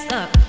up